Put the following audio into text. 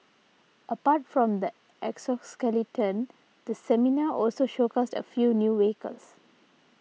apart from the exoskeleton the seminar also showcased a few new vehicles